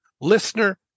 listener